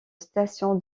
station